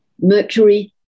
Mercury